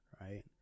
right